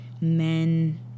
men